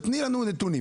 תני לנו נתונים.